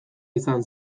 izan